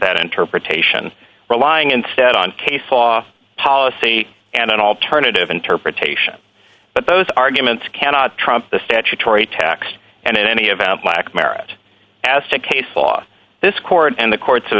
that interpretation relying instead on case law policy and an alternative interpretation but those arguments cannot trump the statutory text and in any event lack merit as to case law this court and the court